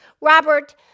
Robert